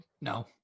No